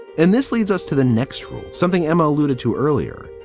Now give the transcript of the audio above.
and this leads us to the next room, something emma alluded to earlier.